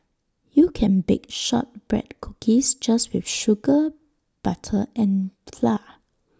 you can bake Shortbread Cookies just with sugar butter and flour